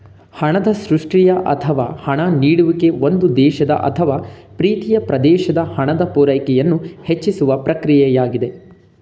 ಹಣದ ಸೃಷ್ಟಿಯ ಅಥವಾ ಹಣ ನೀಡುವಿಕೆ ಒಂದು ದೇಶದ ಅಥವಾ ಪ್ರೀತಿಯ ಪ್ರದೇಶದ ಹಣದ ಪೂರೈಕೆಯನ್ನು ಹೆಚ್ಚಿಸುವ ಪ್ರಕ್ರಿಯೆಯಾಗಿದೆ